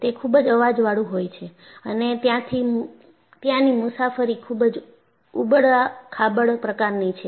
તે ખૂબ જ અવાજ વાળું હોય છે અને ત્યાંની મુસાફરી ખુબ જ ઉબડખાબડ પ્રકારની છે